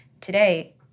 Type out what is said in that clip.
today